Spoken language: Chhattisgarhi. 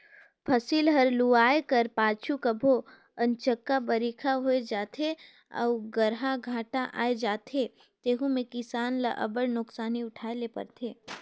फसिल हर लुवाए कर पाछू कभों अनचकहा बरिखा होए जाथे अउ गर्रा घांटा आए जाथे तेहू में किसान ल अब्बड़ नोसकानी उठाए ले परथे